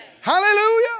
Hallelujah